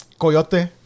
Coyote